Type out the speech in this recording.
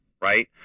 right